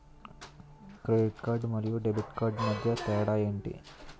Credit card మరియు debit card మధ్య తేడా ఎంటి?